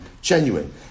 genuine